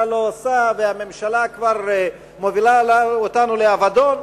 לא עושה והממשלה כבר מובילה אותנו לאבדון,